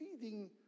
feeding